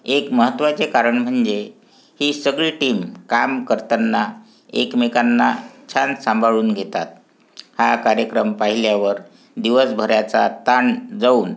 एक महत्त्वाचे कारण म्हणजे ही सगळी टीम काम करताना एकमेकांना छान सांभाळून घेतात हा कार्यक्रम पाहिल्यावर दिवसभराचा ताण जाऊन